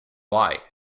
lie